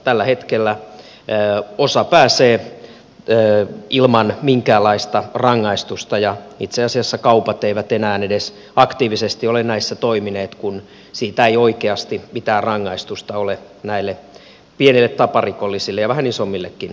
tällä hetkellä osa pääsee ilman minkäänlaista rangaistusta ja itse asiassa kaupat eivät enää edes aktiivisesti ole näissä toimineet kun siitä ei oikeasti mitään rangaistusta ole näille pienille taparikollisille eikä vähän isommillekaan aiheutunut